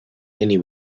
many